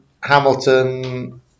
Hamilton